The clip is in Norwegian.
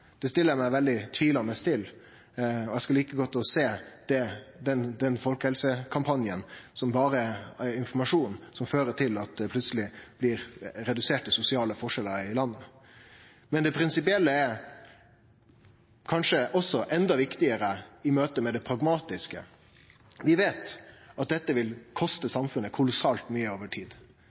Det stiller eg meg svært tvilande til. Eg skulle likt å sjå den folkehelsekampanjen som berre med informasjon førte til at det plutseleg blei reduserte sosiale forskjellar i landet. Det prinsipielle er kanskje enda viktigare i møte med det pragmatiske. Vi veit at dette vil koste samfunnet kolossalt mykje over tid.